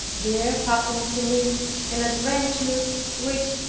there happened to me an adventure which,